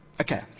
okay